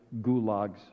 gulags